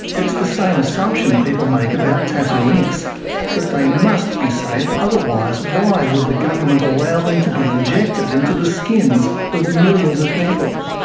it's the same assumption people make about tattoo inks that they must be safe, otherwise why would the government allow them to be injected into the skins of millions of people.